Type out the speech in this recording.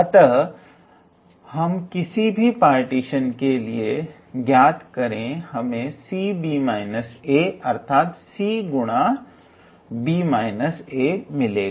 अतः हम किसी भी पार्टीशन के लिए ज्ञात करें हमें 𝑐𝑏−𝑎 अर्थात c गुना मिलेगा